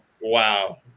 Wow